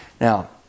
Now